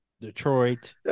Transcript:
Detroit